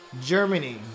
Germany